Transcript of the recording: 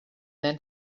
then